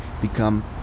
become